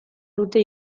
dute